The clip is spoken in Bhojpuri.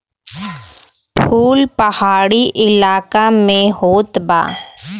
फूल पहाड़ी इलाका में होत बा